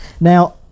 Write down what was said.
Now